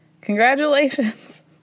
congratulations